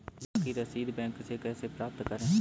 बीमा की रसीद बैंक से कैसे प्राप्त करें?